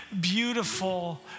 beautiful